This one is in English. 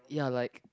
ya like